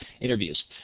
interviews